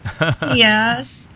Yes